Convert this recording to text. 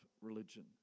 religion